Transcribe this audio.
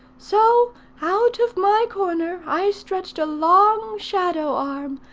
so out of my corner i stretched a long shadow arm,